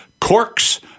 corks